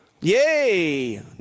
Yay